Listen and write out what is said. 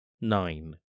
nine